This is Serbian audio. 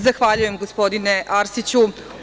Zahvaljujem, gospodine Arsiću.